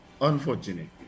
unfortunately